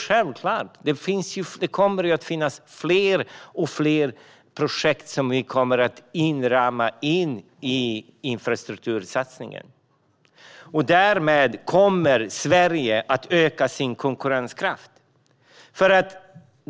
Självklart kommer det att finnas fler och fler projekt som vi kommer att rama in i infrastruktursatsningen. Därmed kommer Sverige att öka sin konkurrenskraft.